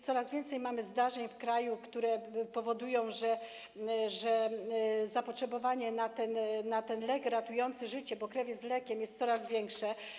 Coraz więcej mamy zdarzeń w kraju, które powodują, że zapotrzebowanie na ten lek ratujący życie, bo krew jest lekiem, jest coraz większe.